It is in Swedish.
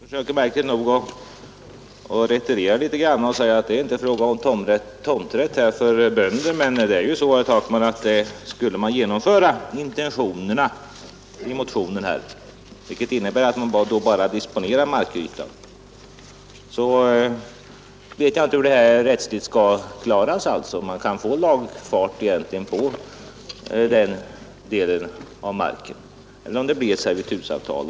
Herr talman! Herr Takman försöker märkligt nog att retirera litet grand; han säger att här är det inte fråga om tomträtt för bönder. Men, herr Takman, skulle intentionerna i motionen genomföras, vilket skulle innebära att man bara disponerade markytan, vet jag inte hur det hela skulle klaras rättsligt. Kan man få lagfart på den delen av marken eller blir det servitutsavtal?